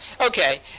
Okay